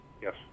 Yes